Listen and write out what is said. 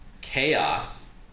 Chaos